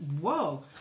Whoa